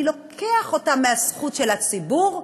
אני לוקח אותם מהזכות של הציבור,